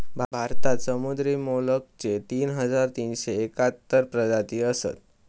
भारतात समुद्री मोलस्कचे तीन हजार तीनशे एकाहत्तर प्रजाती असत